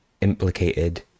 implicated